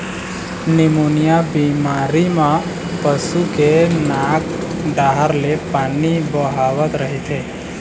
pneumonia बेमारी म पशु के नाक डाहर ले पानी बोहावत रहिथे